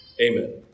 Amen